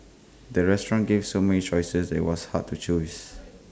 the restaurant gave so many choices that IT was hard to choose